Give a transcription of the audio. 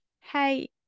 Hey